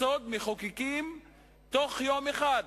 מחוקקים חוק-יסוד בתוך יום אחד,